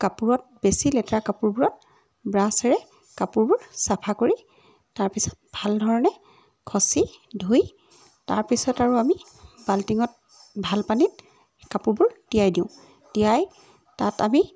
কাপোৰত বেছি লেতেৰা কাপোৰবোৰত ব্ৰাছেৰে কাপোৰবোৰ চাফা কৰি তাৰপিছত ভালধৰণে খচি ধুই তাৰপিছত আৰু আমি বাল্টিঙত ভাল পানীত কাপোৰবোৰ তিয়াই দিওঁ দিয়াই তাত আমি